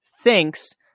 thinks